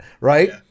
Right